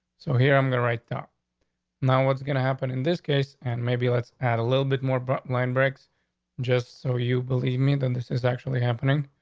so here. i'm gonna write that now what's gonna happen in this case and maybe had a little bit more, but line breaks just so you believe me, then this is actually happening.